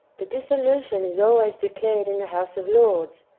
the dissolution is always declared in the house of lords,